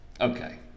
Okay